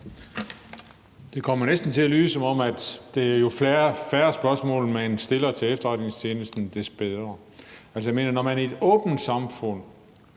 Det kommer næsten til at lyde, som om jo færre spørgsmål man stiller til efterretningstjenesten, des bedre. Jeg mener, når man i et åbent samfund